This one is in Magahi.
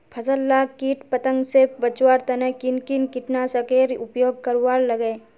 फसल लाक किट पतंग से बचवार तने किन किन कीटनाशकेर उपयोग करवार लगे?